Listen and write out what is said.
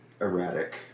erratic